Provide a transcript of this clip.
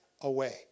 away